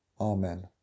Amen